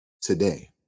today